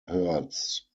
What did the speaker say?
herds